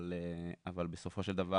אבל בסופו של דבר,